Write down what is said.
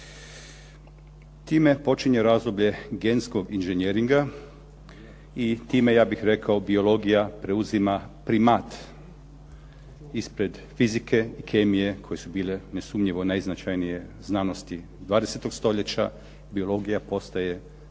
Time počinje razdoblje genskog inženjeringa i time, ja bih rekao, biologija preuzima primat ispred fizike i kemije koje su bile nesumnjivo najznačajnije znanosti 20. stoljeća. Biologija postaje